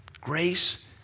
Grace